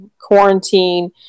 quarantine